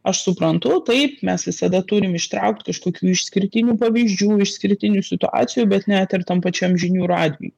aš suprantu taip mes visada turim ištraukt kažkokių išskirtinių pavyzdžių išskirtinių situacijų bet net ir tam pačiam žinių radijuj